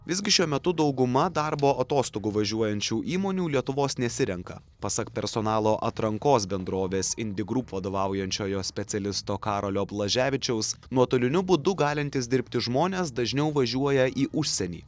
visgi šiuo metu dauguma darbo atostogų važiuojančių įmonių lietuvos nesirenka pasak personalo atrankos bendrovės indigrup vadovaujančiojo specialisto karolio blaževičiaus nuotoliniu būdu galintys dirbti žmonės dažniau važiuoja į užsienį